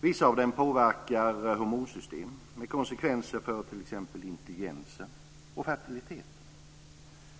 Vissa av dem påverkar hormonsystem med konsekvenser för t.ex. intelligens och fertilitet.